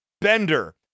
Bender